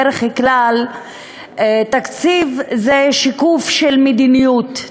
בדרך כלל תקציב זה שיקוף של מדיניות,